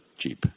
cheap